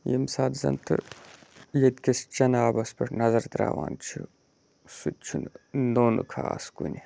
ییٚمہِ ساتہٕ زَن تہٕ ییٚتہِ کِس چٮ۪نہٕ آبَس پٮ۪ٹھ نظر ترٛاوان چھِ سُہ تہِ چھُنہٕ نوٚن خاص کُنہِ